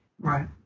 Right